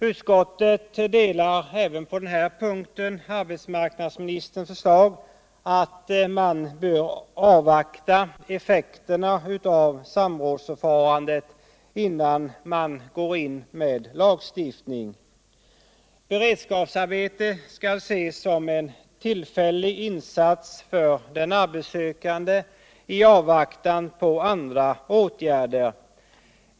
Utskottet tillstyrker även på den här punkten arbetsmarknadsministerns förslag att man skall avvakta effekterna av samrådsförfarandet innan man går in med lagstiftning. Beredskapsarbete skall ses som cen tillfällig insats för den arbetssökande i avvaktan på andra åtgärder.